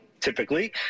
typically